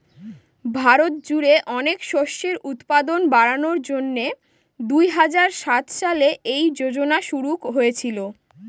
ভারত জুড়ে অনেক শস্যের উৎপাদন বাড়ানোর জন্যে দুই হাজার সাত সালে এই যোজনা শুরু হয়েছিল